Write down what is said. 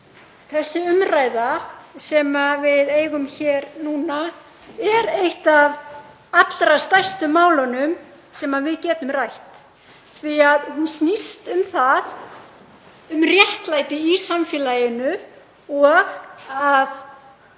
Þessi umræða sem við eigum hér núna er eitt af allra stærstu málunum sem við getum rætt því að hún snýst um réttlæti í samfélaginu og að